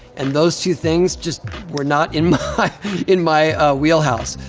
and those two things just were not in in my wheelhouse.